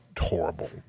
horrible